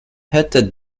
hätte